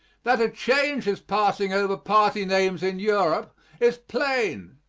that a change is passing over party names in europe is plain,